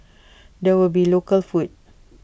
there will be local food